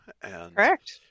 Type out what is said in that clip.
Correct